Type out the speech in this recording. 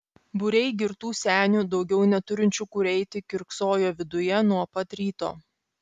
būriai girtų senių daugiau neturinčių kur eiti kiurksojo viduje nuo pat ryto